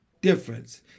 difference